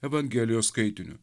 evangelijos skaitiniu